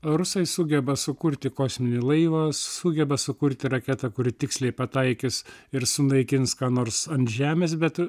rusai sugeba sukurti kosminį laivą sugeba sukurti raketą kuri tiksliai pataikys ir sunaikins ką nors ant žemės bet